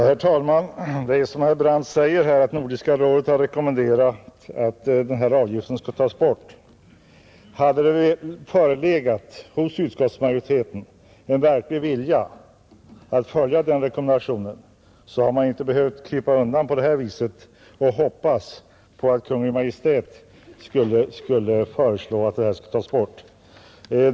Herr talman! Det är som herr Brandt säger att Nordiska rådet rekommenderat att avgiften skall tas bort. Hade det förelegat hos utskottsmajoriteten en verklig vilja att följa denna rekommendation hade man inte behövt krypa undan på detta sätt och hoppas att Kungl. Maj:t skall föreslå att avgiften skall tas bort.